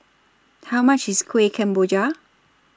How much IS Kueh Kemboja